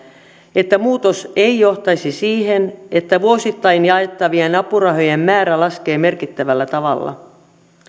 että muutos ei johtaisi siihen että vuosittain jaettavien apurahojen määrä laskee merkittävällä tavalla